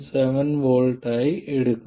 7 V ആയി എടുക്കും